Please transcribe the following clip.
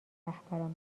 رهبران